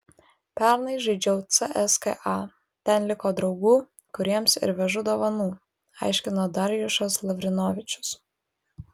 pernai žaidžiau cska ten liko draugų kuriems ir vežu dovanų aiškino darjušas lavrinovičius